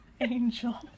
angel